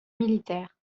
militaires